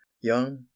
Young